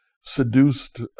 seduced